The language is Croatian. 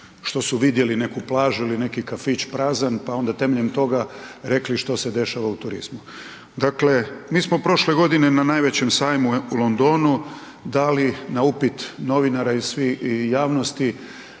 što su vidjeli neku plažu ili neki kafić prazan pa onda temeljem toga rekli što se dešava u turizmu. Dakle, mi smo prošle godine na najvećem sajmu u Londonu dali na upit novinara i javnosti